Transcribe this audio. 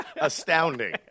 astounding